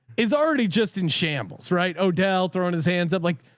it's already just in shambles, right? odell throwing his hands up. like,